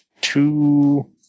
two